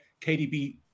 KDB